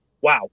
Wow